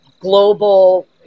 global